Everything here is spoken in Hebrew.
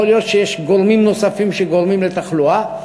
יכול להיות שיש גורמים נוספים שגורמים לתחלואה.